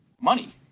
money